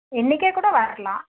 இன்றைக்கே கூட வரலாம்